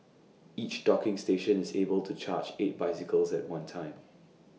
each docking station is able to charge eight bicycles at one time